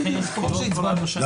הפרקליטות או הייעוץ,